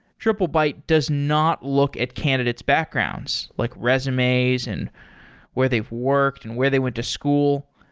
triplebyte does not look at candidate's backgrounds, like resumes and where they've worked and where they went to school.